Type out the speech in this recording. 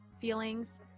feelings